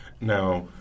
Now